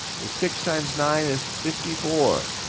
six times nine is fifty four.